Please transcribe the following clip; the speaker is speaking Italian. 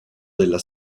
della